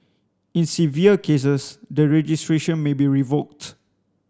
in severe cases the registration may be revoked